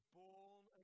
born